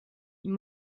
une